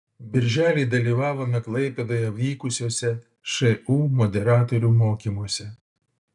birželį dalyvavome klaipėdoje vykusiuose šu moderatorių mokymuose